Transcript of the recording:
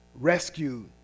rescued